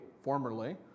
formerly